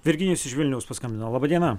virginijus iš vilniaus paskambino laba diena